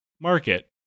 market